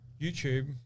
YouTube